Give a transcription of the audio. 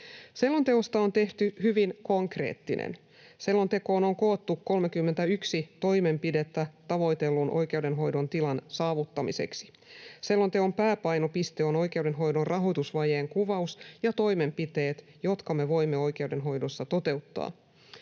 Selonteosta on tehty hyvin konkreettinen. Selontekoon on koottu 31 toimenpidettä tavoitellun oikeudenhoidon tilan saavuttamiseksi. Selonteon pääpainopiste on oikeudenhoidon rahoitusvajeen kuvaus ja toimenpiteet, jotka me voimme oikeudenhoidossa toteuttaa.